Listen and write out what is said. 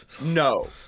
No